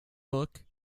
book